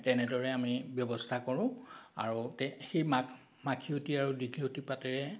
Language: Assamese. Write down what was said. তেনেদৰে আমি ব্য়ৱস্থা কৰোঁ আৰু তে সেই মাখ মাখিয়তি আৰু দীঘলতি পাতেৰে